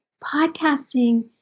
podcasting